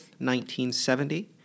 1970